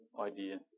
idea